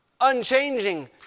unchanging